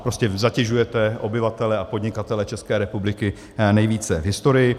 Prostě vy zatěžujete obyvatele a podnikatele České republiky nejvíce v historii.